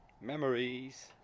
Memories